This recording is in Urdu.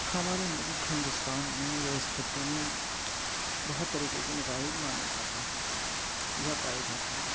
ہمارے ملک ہندوستان میں یا اس خطے میں بہت طریقے کے مذاہب مانے جاتے ہیں یا پائے جاتے ہیں